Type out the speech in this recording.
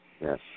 Yes